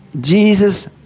Jesus